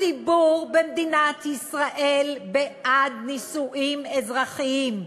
הציבור במדינת ישראל בעד נישואים אזרחיים.